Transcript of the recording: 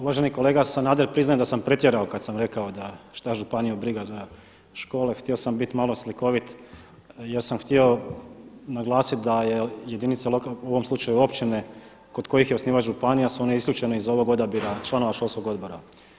Uvaženi kolega Sanader, priznajem da sam pretjerao kad sam rekao da šta županiju briga za škole, htio sam biti malo slikovit jer sam htio naglasiti da jedinice lokalne samouprave a u ovom slučaju općine kod kojih je osnivač županija su one isključene iz ovog odabira članova školskog odbora.